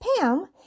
Pam